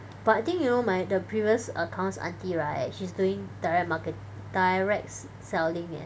but I think you know my the previous accounts aunty right she's doing direct marketi~ direct selling eh